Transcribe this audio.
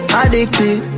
addicted